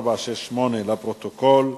לפרוטוקול.